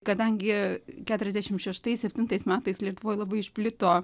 kadangi keturiasdešimt šeštais septintais metais lietuvoje labai išplito